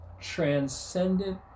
transcendent